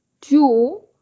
two